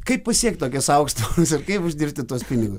kaip pasiekt tokias aukštumas ir kaip uždirbti tuos pinigus